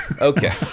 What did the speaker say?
Okay